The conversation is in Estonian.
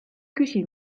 küsi